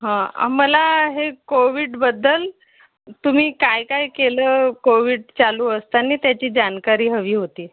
हं मला हे कोविडबद्दल तुम्ही काय काय केलं कोविड चालू असताना त्याची जानकारी हवी होती